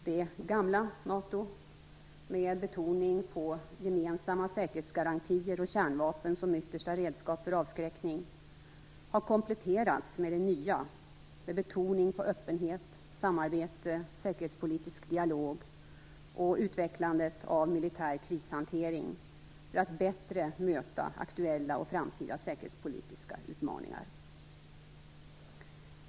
Det gamla NATO, med betoning på gemensamma säkerhetsgarantier och kärnvapen som yttersta redskap för avskräckning, har kompletterats med det nya, med betoning på öppenhet, samarbete, säkerhetspolitisk dialog och utvecklandet av militär krishantering för att bättre möta aktuella och framtida säkerhetspolitiska utmaningar.